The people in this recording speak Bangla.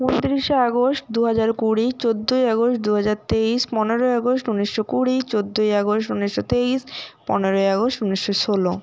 উনতিরিশে আগস্ট দু হাজার কুড়ি চোদ্দই আগস্ট দু হাজার তেইশ পনেরোই আগস্ট উনিশশো কুড়ি চোদ্দই আগস্ট উনিশশো তেইশ পনেরোই আগস্ট উনিশশো ষোলো